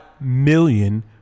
million